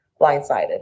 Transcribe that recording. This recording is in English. blindsided